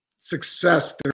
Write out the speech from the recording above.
success